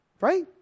Right